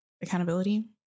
accountability